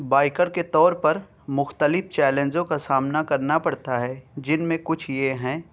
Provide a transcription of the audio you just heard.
biker کے طور پر مختلف چیلنجوں کا سامنا کرنا پڑتا ہے جن میں کچھ یہ ہیں